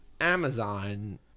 Amazon